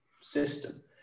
system